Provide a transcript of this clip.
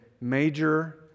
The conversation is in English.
major